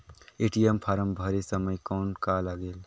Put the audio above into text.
ATM form भरे समय कौन का लगेल?